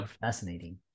fascinating